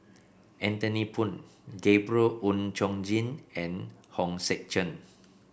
Anthony Poon Gabriel Oon Chong Jin and Hong Sek Chern